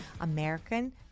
American